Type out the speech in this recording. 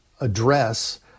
address